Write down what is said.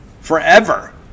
forever